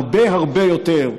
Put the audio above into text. הרבה הרבה יותר,